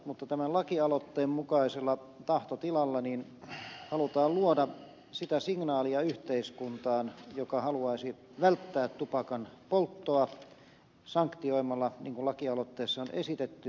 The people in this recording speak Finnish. mutta tämän lakialoitteen mukaisella tahtotilalla halutaan luoda sitä signaalia yhteiskuntaan että haluttaisiin välttää tupakanpolttoa sanktioimalla niin kuin lakialoitteessa on esitetty rikkomukset